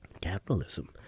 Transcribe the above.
capitalism